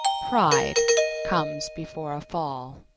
pride comes before a fall.